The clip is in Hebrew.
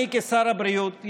אני כשר הבריאות,